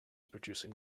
producing